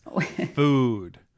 food